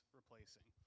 replacing